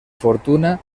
fortuna